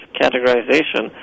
categorization